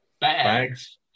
bags